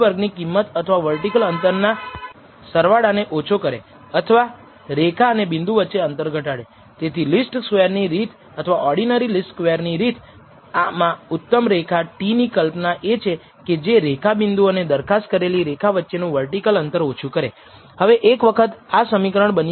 તેથી SS total SS error આ બંને જથ્થાઓ વચ્ચેનો તફાવત એ સમ સ્ક્વેર્ડ રેસિડયુઅલ કહેવાય છે જે કંઈ નથી પરંતુ આગાહી કરેલ મૂલ્ય સરેરાશ મૂલ્ય y બાર એ તમામ ડેટા પોઇન્ટ્સ ઉપર સમ સ્કવેર્ડ થશે